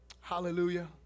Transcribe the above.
Hallelujah